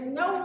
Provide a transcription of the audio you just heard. no